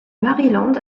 maryland